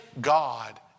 God